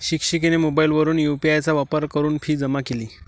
शिक्षिकेने मोबाईलवरून यू.पी.आय चा वापर करून फी जमा केली